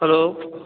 hello